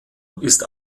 ist